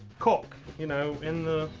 cock you know, in the.